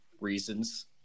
reasons